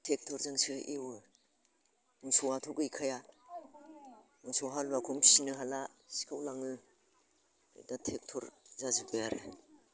ट्रेक्टरजोंसो एवो मोसौआथ' गैखाया मोसौ हालुवाखौनो फिसिनो हाला सिखावलाङो दा ट्रेक्टर जाजोब्बाय आरो